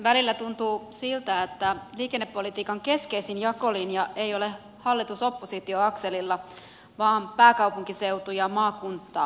välillä tuntuu siltä että liikennepolitiikan keskeisin jakolinja ei ole hallitusoppositio akselilla vaan pääkaupunkiseutumaakunta akselilla